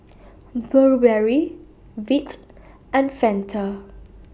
Burberry Veet and Fanta